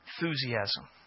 enthusiasm